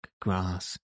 grass